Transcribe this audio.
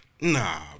nah